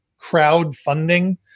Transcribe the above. crowdfunding